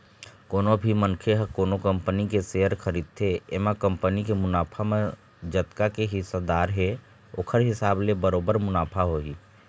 कोनो भी मनखे ह कोनो कंपनी के सेयर खरीदथे एमा कंपनी के मुनाफा म जतका के हिस्सादार हे ओखर हिसाब ले बरोबर मुनाफा होही